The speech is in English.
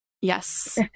Yes